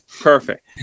Perfect